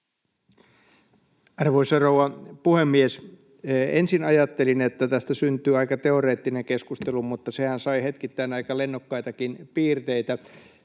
Arvoisa rouva puhemies! Ensin ajattelin, että tästä syntyy aika teoreettinen keskustelu, mutta sehän sai hetkittäin aika lennokkaitakin piirteitä.